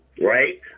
right